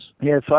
Yes